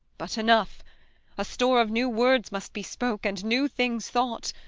but enough a store of new words must be spoke and new things thought.